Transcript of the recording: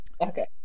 Okay